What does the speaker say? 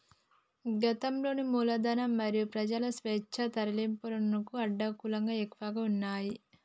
గతంలో మూలధనం మరియు ప్రజల స్వేచ్ఛా తరలింపునకు అడ్డంకులు ఎక్కువగా ఉన్నయ్